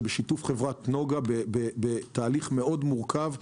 בשיתוף חברת נגה ובתהליך מאוד מורכב,